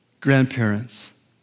Grandparents